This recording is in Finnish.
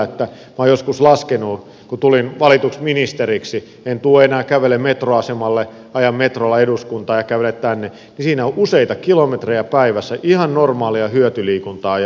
minä olen joskus laskenut että kun tulin valituksi ministeriksi en enää kävele metroasemalle aja metrolla eduskuntaan tai kävele tänne siinä useita kilometrejä päivässä ihan normaalia hyötyliikuntaa jäi pois